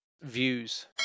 views